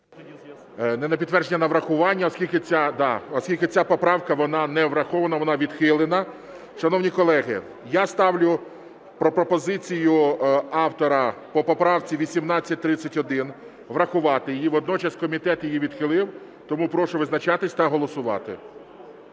Не на підтвердження, а на врахування, оскільки ця поправка, вона не врахована, вона відхилена. Шановні колеги, я ставлю пропозицію автора по поправці 1831, врахувати її. Водночас комітет її відхилив. Тому прошу визначатись та голосувати.